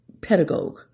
pedagogue